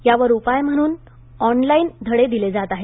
त्यावर उपाय म्हणून ऑनलाइन धडे दिले जात आहेत